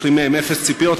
יש לי מהם אפס ציפיות,